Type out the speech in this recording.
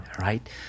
right